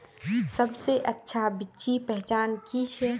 सबसे अच्छा बिच्ची पहचान की छे?